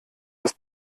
das